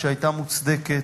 שהיתה מוצדקת,